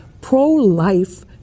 pro-life